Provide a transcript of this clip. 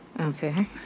Okay